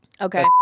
Okay